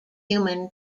human